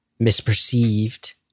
misperceived